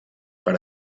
per